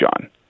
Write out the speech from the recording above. John